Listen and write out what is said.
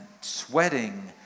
sweating